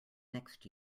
next